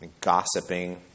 gossiping